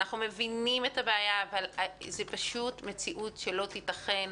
אבל זו פשוט מציאות שלא תיתכן,